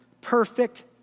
perfect